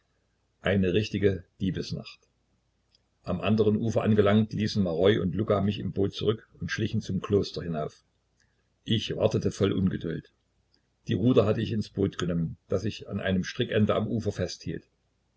eine richtige diebesnacht am anderen ufer angelangt ließen maroi und luka mich im boot zurück und schlichen zum kloster hinauf ich wartete voll ungeduld die ruder hatte ich ins boot genommen das ich an einem strickende am ufer festhielt